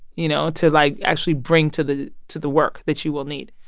you know, to like actually bring to the to the work that you will need.